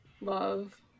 Love